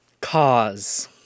Cause